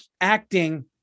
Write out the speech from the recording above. acting